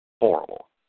horrible